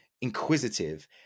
inquisitive